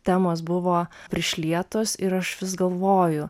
temos buvo prišlietos ir aš vis galvoju